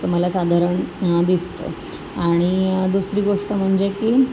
मला साधारण दिसतं आणि दुसरी गोष्ट म्हणजे की